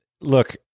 look